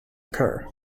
occur